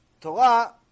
Torah